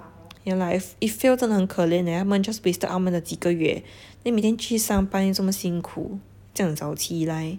yeah lah if if failed 真的很可怜 eh 他们 just wasted 他们的几个月 then 每天去上班又这么辛苦这样早起来